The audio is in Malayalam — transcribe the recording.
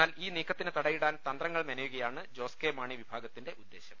എന്നാൽ ഈ നീക്കത്തിന് തടയിടാൻ തന്ത്രങ്ങൾ മെനയുകയാണ് ജോസ് കെ മാണി വിഭാഗത്തിന്റെ ഉദ്ദേശ്യം